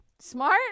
Smart